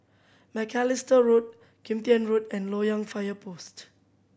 Macalister Road Kim Tian Road and Loyang Fire Post